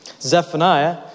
Zephaniah